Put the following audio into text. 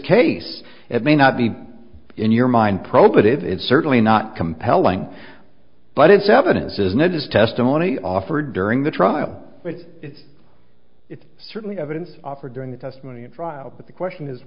case it may not be in your mind pro but it is certainly not compelling but it's evidence isn't it is testimony offered during the trial but it's certainly evidence offered during the testimony at trial but the question is